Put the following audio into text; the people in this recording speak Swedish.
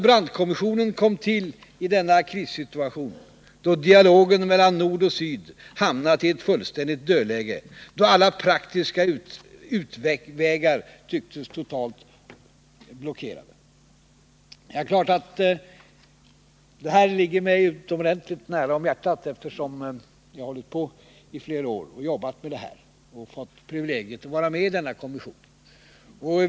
Brandtkommissionen kom till i denna krissituation, då dialogen mellan nord och syd hamnat i ett fullständigt dödläge och då alla praktiska utvägar tycktes totalt blockerade. Detta ligger mig givetvis nära om hjärtat, eftersom jag i flera år har arbetat med detta och haft privilegiet att vara med i denna kommission.